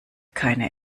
keine